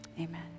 amen